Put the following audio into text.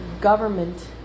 government